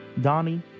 Donnie